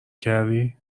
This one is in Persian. کردی